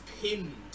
pinned